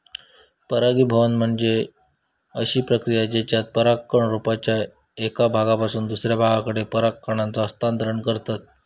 परागीभवन म्हणजे अशी प्रक्रिया जेच्यात परागकण रोपाच्या एका भागापासून दुसऱ्या भागाकडे पराग कणांचा हस्तांतरण करतत